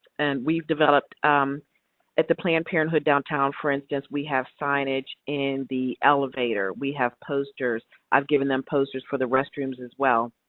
and we've developed at the planned parenthood downtown, for instance we have signage in the elevator. we have posters. i've given them posters for the restrooms as well.